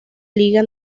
liga